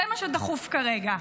זה מה שדחוף כרגע.